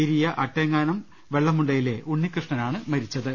ഇരിയ അട്ടേങ്ങാനം വെള്ളമുണ്ടയിലെ ഉണ്ണികൃഷ്ണ നാണ് മരിച്ചത്